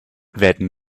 werden